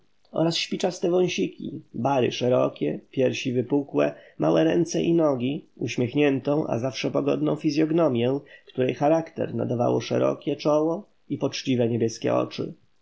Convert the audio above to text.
śpiczaste wąsiki bary szerokie piersi wypukłe małe ręce i nogi uśmiechniętą a zawsze pogodną fizyognomię której charakter nadawało szerokie czoło i poczciwe niebieskie oczy